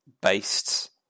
based